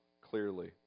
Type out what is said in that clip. clearly